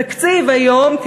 בתקציב היום,